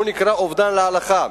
והוא נקרא "אובדן להלכה".